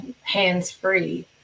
hands-free